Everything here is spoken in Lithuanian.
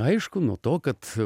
aišku nuo to kad